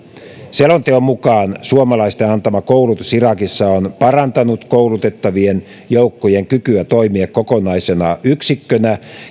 selonteon mukaan suomalaisten antama koulutus irakissa on parantanut koulutettavien joukkojen kykyä toimia kokonaisena yksikkönä